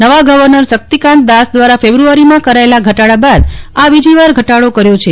નવા ગવર્નર શક્તિકાંત દાસ દ્વારા ફેબ્રુઆરીમાં કરાયેલા ઘટાડા બાદ આ બીજી વાર ઘટાડો કર્યો છે